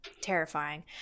terrifying